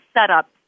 setup